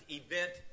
event